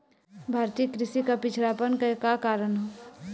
भारतीय कृषि क पिछड़ापन क कारण का ह?